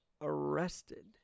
arrested